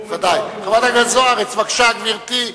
חברת הכנסת זוארץ, בבקשה, גברתי.